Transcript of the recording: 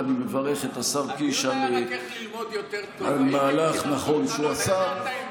ואני מברך את השר קיש על מהלך נכון שהוא עשה.